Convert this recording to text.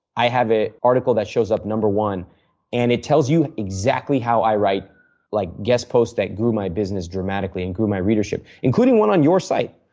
i have an article that shows up number one and it tells you exactly how i write like guest posts that grew my business dramatically and grew my readership. including one on your site.